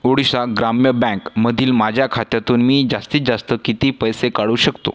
ओडिशा ग्राम्य बँकमधील माझ्या खात्यातून मी जास्तीत जास्त किती पैसे काढू शकतो